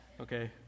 Okay